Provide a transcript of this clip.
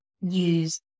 use